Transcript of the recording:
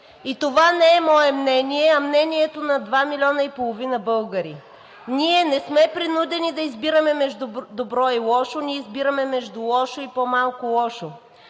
И това не е мое мнение, а мнението на два милиона и половина българи. Ние не сме принудени да избираме между добро и лошо – ние избираме между лошо и по-малко лошо.